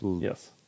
yes